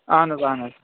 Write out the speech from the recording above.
اَہن حظ اَہن حظ